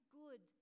good